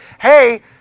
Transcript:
hey